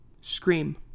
Scream